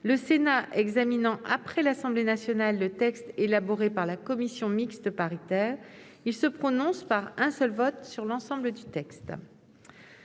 le Sénat examinant après l'Assemblée nationale le texte élaboré par la commission mixte paritaire, il se prononce par un seul vote sur l'ensemble du texte.